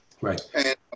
Right